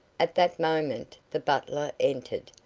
at that moment the butler entered,